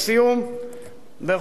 בכל זאת,